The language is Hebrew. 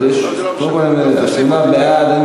שמונה בעד,